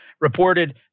reported